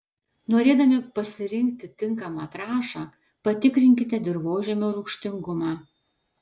norėdami pasirinkti tinkamą trąšą patikrinkite dirvožemio rūgštingumą